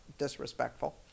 disrespectful